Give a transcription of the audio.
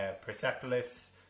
Persepolis